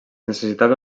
necessitava